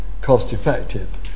cost-effective